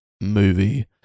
movie